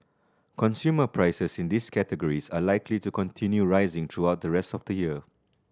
consumer prices in these categories are likely to continue rising throughout the rest of the year